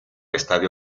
estadio